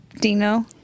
Dino